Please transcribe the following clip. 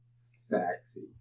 Sexy